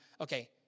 okay